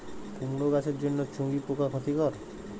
কুমড়ো গাছের জন্য চুঙ্গি পোকা ক্ষতিকর?